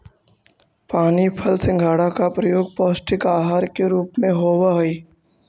पानी फल सिंघाड़ा का प्रयोग पौष्टिक आहार के रूप में होवअ हई